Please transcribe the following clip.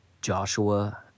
Joshua